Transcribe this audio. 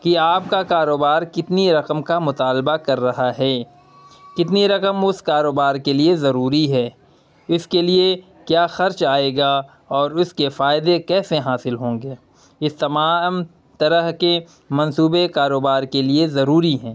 کہ آپ کا کاروبار کتنی رقم کا مطالبہ کر رہا ہے کتنی رقم اس کاروبار کے لیے ضروری ہے اس کے لیے کیا خرچ آئے گا اور اس کے فائدے کیسے حاصل ہوں گے یہ تمام طرح کے منصوبے کاروبار کے لیے ضروری ہیں